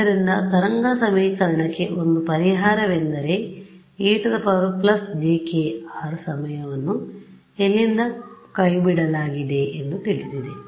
ಆದ್ದರಿಂದ ತರಂಗ ಸಮೀಕರಣಕ್ಕೆ ಒಂದು ಪರಿಹಾರವೆಂದರೆ e±jkr ಸಮಯವನ್ನು ಇಲ್ಲಿಂದ ಕೈಬಿಡಲಾಗಿದೆಎಂದು ತಿಳಿದಿದೆ